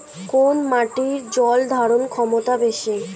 কোন মাটির জল ধারণ ক্ষমতা বেশি?